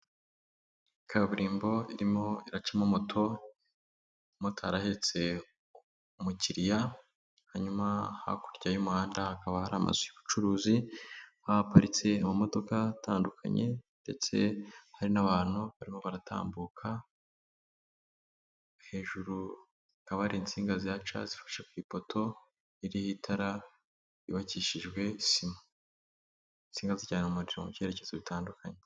Kaburimbo irimo iracamo moto umumotari ahetse umukiriya hanyuma, hakurya y'umuhanda hakaba hari amazu ubucuruzi, haparitse amamodoka atandukanye ndetse hari n'abantu barimo baratambuka, hejuru hakaba hari insinga zihaca zifashe ku ipoto, iriho itara ryubakishijwe sima, insinga zijyana umuriro mu byerekezo bitandukanye.